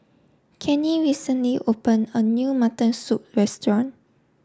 Cannie recently open a new mutton soup restaurant